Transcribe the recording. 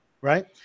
right